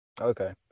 Okay